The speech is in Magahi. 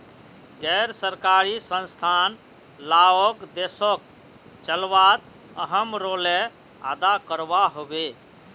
गैर सरकारी संस्थान लाओक देशोक चलवात अहम् रोले अदा करवा होबे